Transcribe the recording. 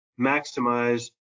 maximize